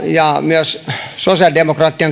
ja myös sosiaalidemokraattien